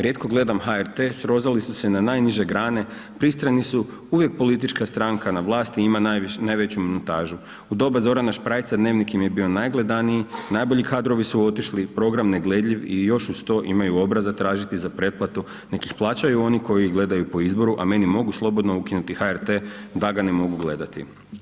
Rijetko gledam HRT srozali su se na najniže grane, pristrani su, uvijek politička stranka na vlasti ima najveću montažu, u doba Zorana Šprajca dnevnik im je bio najgledaniji, najbolji kadrovi su otišli, program ne gledljiv i još uz to imaju obraza tražiti za preplatu nek ih plaćaju oni koji ih gledaju po izboru, a meni mogu slobodno ukinuti HRT da ga ne mogu gledati.